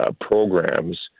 programs